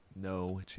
no